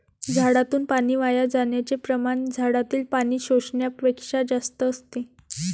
झाडातून पाणी वाया जाण्याचे प्रमाण झाडातील पाणी शोषण्यापेक्षा जास्त असते